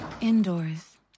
indoors